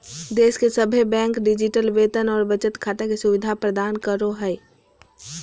देश के सभे बैंक डिजिटल वेतन और बचत खाता के सुविधा प्रदान करो हय